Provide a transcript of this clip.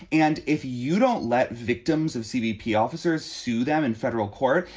and if you don't let victims of cbp officers sue them in federal court,